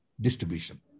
distribution